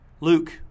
Luke